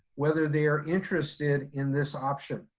whether they are interested in this option.